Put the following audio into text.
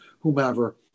whomever